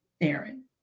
Aaron